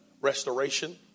restoration